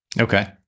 Okay